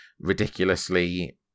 ridiculously